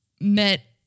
met